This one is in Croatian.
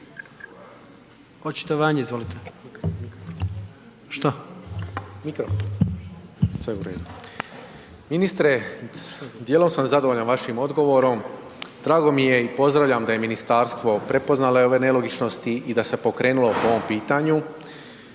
Ministre, djelomično sam zadovoljan vašim odgovorom, drago mi je i pozdravljam da je ministarstvo prepoznalo ove nelogičnosti i da se pokrenulo po ovom pitanju